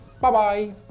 Bye-bye